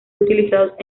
utilizados